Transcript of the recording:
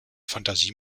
fantasie